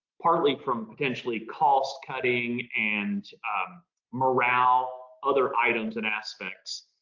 partly from potentially cost cutting and morale, other items and aspects.